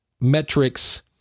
metrics